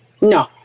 No